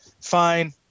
Fine